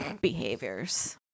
behaviors